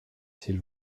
s’il